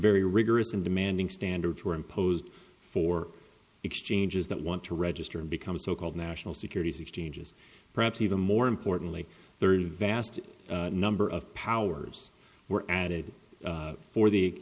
very rigorous and demanding standards were imposed for exchanges that want to register and become so called national securities exchanges perhaps even more importantly thirty vast number of powers were added for the